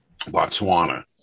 Botswana